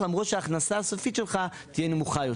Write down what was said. למרות שההכנסה הסופית שלך תהיה נמוכה יותר.